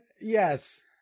Yes